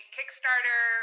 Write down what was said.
Kickstarter